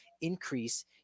increase